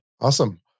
Awesome